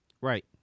Right